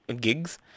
gigs